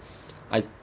I